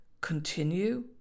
continue